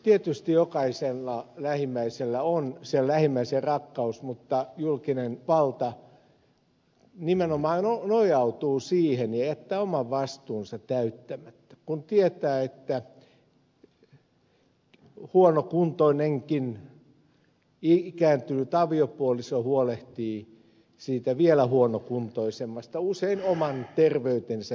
tietysti jokaisella lähimmäisellä on se lähimmäisenrakkaus mutta julkinen valta nimenomaan nojautuu siihen ja jättää oman vastuunsa täyttämättä kun tietää että huonokuntoinenkin ikääntynyt aviopuoliso huolehtii siitä vielä huonokuntoisemmasta usein oman terveytensä hinnalla